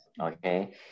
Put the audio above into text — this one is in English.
okay